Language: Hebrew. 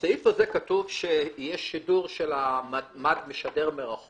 בסעיף הזה כתוב שיהיה שידור של מד משדר מרחוק,